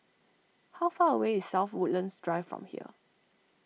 how far away is South Woodlands Drive from here